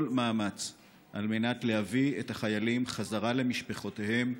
מאמץ על מנת להביא את החיילים חזרה למשפחותיהם,